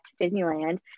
Disneyland